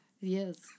yes